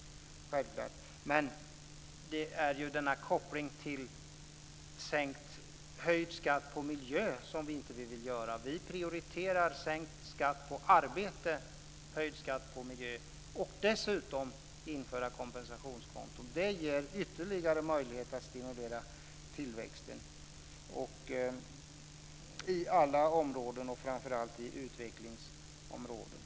Det är kopplingen till höjd skatt på miljö som vi inte vill ha. Vi prioriterar sänkt skatt på arbete, höjd skatt på miljö och dessutom ett införande av kompensationskonton. Det ger ytterligare möjligheter att stimulera tillväxten i alla områden, framför allt i utvecklingsområden.